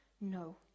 No